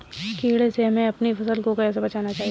कीड़े से हमें अपनी फसल को कैसे बचाना चाहिए?